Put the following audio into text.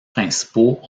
principaux